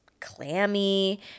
clammy